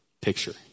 picture